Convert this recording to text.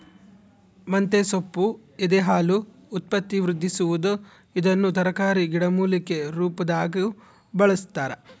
ಮಂತೆಸೊಪ್ಪು ಎದೆಹಾಲು ಉತ್ಪತ್ತಿವೃದ್ಧಿಸುವದು ಇದನ್ನು ತರಕಾರಿ ಗಿಡಮೂಲಿಕೆ ರುಪಾದಾಗೂ ಬಳಸ್ತಾರ